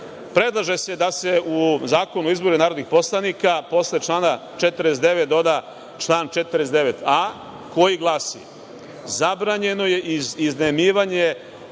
predlaže se da se u Zakonu o izboru narodnih poslanika posle člana 49. doda član 49a koji glasi: „Zabranjeno je iznajmljivanje